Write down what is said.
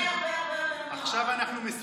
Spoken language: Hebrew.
זה הרבה הרבה יותר, עכשיו אנחנו מסודרים.